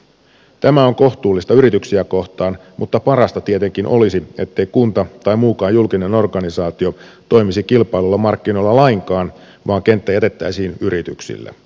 tämä on kohtuullista yrityksiä kohtaan mutta parasta tietenkin olisi ettei kunta tai muukaan julkinen organisaatio toimisi kilpailluilla markkinoilla lainkaan vaan kenttä jätettäisiin yrityksille